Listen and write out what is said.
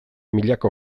milaka